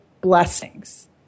blessings